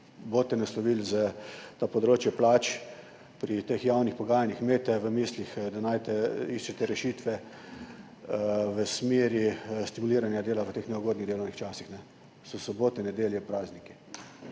boste naslovili področje plač. Pri teh javnih pogajanjih imejte v mislih, da najde iščete rešitve v smeri stimuliranja dela v teh neugodnih delovnih časih, sobotah, nedeljah, praznikih.